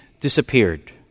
disappeared